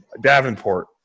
Davenport